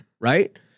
Right